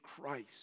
Christ